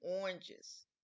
oranges